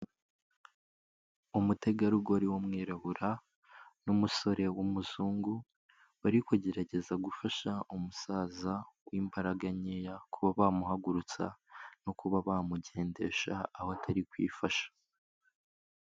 Umutegarugori w'umwirabura n'umusore w'umuzungu, bari kugerageza gufasha umusaza w'imbaraga nkeya kuba bamuhagurutsa, no kuba bamugendesha aho atari kwifasha.